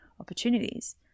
opportunities